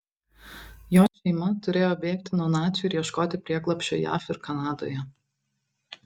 jo šeima turėjo bėgti nuo nacių ir ieškoti prieglobsčio jav ir kanadoje